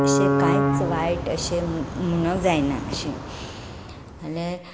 अशें कांयच वायट अशें म्हणूंक जायना अशें जाल्यार